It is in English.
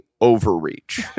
overreach